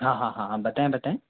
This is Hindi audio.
हाँ हाँ हाँ हाँ बताएं बताएं